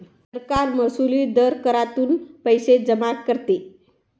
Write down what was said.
सरकार महसुली दर करातून पैसे जमा करते